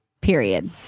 period